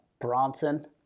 bronson